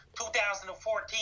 2014